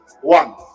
one